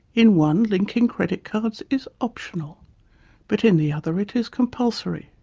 in one linking credit cards is optional but in the other it is compulsory.